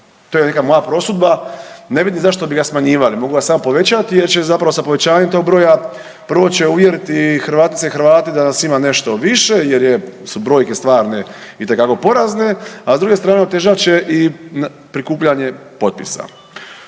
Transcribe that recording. To je neka moja prosudba, ne vidim zašto bi ga smanjivali, mogu ga samo povećati jer će zapravo sa povećanjem tog broja prvo će uvjeriti Hrvatice i Hrvate da nas ima nešto više jer je su brojke stvarne itekako porazne, a s druge strane otežat će i prikupljanje potpisa.